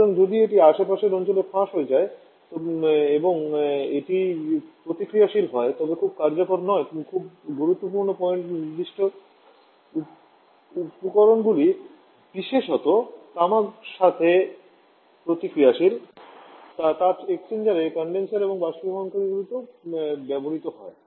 সুতরাং যদি এটি আশপাশের অঞ্চলে ফাঁস হয়ে যায় এবং এটি প্রতিক্রিয়াশীল হয় তবে খুব কার্যকর নয় খুব গুরুত্বপূর্ণ পয়েন্টটি নির্দিষ্ট উপকরণগুলির বিশেষত তামার সাথে প্রতিক্রিয়াশীল যা তাপ এক্সচেঞ্জারে কনডেন্সার এবং বাষ্পীভবনকারীগুলিতে ব্যবহৃত হয়